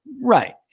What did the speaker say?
Right